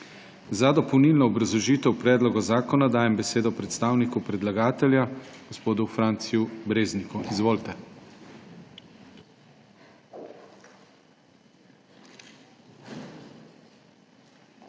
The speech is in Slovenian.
Za dopolnilno obrazložitev predloga zakona dajem besedo predstavnici predlagatelja gospe Suzani Lep Šimenko. Izvolite.